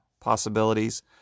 possibilities